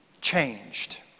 changed